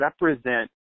represent